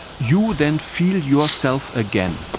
you then feel yourself again,